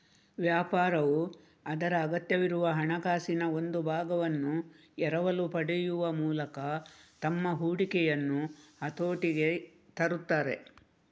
ವ್ಯಾಪಾರವು ಅದರ ಅಗತ್ಯವಿರುವ ಹಣಕಾಸಿನ ಒಂದು ಭಾಗವನ್ನು ಎರವಲು ಪಡೆಯುವ ಮೂಲಕ ತಮ್ಮ ಹೂಡಿಕೆಯನ್ನು ಹತೋಟಿಗೆ ತರುತ್ತಾರೆ